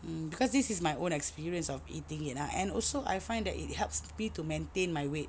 mm cause this is my own experience of eating it ah and also I find that it helps me to maintain my weight